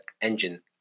engine